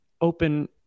open